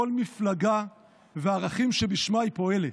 כל מפלגה והערכים שבשמם היא פועלת.